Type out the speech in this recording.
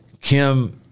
Kim